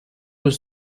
روز